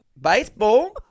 baseball